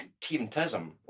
team-tism